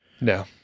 No